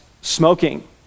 smoking